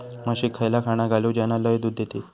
म्हशीक खयला खाणा घालू ज्याना लय दूध देतीत?